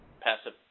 passive